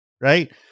right